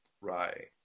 Right